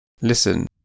listen